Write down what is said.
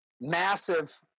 massive